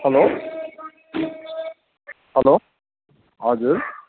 hello hello हजुर